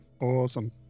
Awesome